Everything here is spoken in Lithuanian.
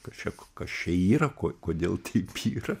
kas čia kas čia yra ko kodėl taip yra